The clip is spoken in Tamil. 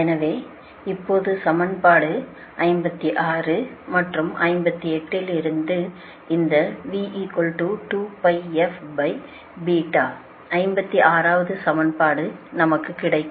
எனவே இப்போது சமன்பாடு 56 மற்றும் 58 இல் இருந்து இந்த 56 வது சமன்பாடு நமக்கு கிடைக்கும்